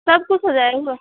सब कुछ हो जाएगा